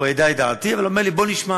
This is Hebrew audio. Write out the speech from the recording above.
הוא ידע את דעתי, אבל אמר לי: בוא נשמע.